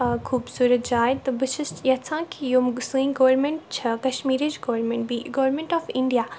خوبصوٗرَت جاے تہٕ بہٕ چھس یَژھان کہِ یِم سٲنۍ گورمیٚنٛٹ چھےٚ کَشمیٖرٕچ government be government of India